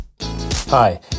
Hi